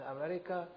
America